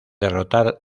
derrotar